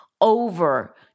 over